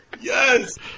Yes